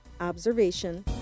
Observation